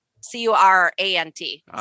C-U-R-A-N-T